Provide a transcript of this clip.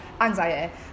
Anxiety